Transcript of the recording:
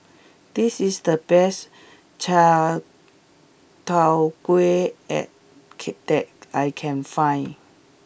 this is the best Chai Tow Kuay at that I can find